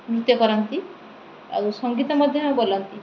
ନୃତ୍ୟ କରନ୍ତି ଆଉ ସଙ୍ଗୀତ ମଧ୍ୟ ବୋଲନ୍ତି